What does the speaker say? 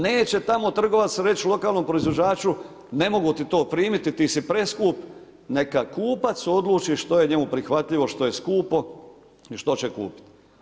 Neće tamo trgovac reći lokalnom proizvođaču ne mogu ti to primiti ti si preskup, neka kupac odluči što je njemu prihvatljivo, što je skupo i što će kupiti.